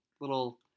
little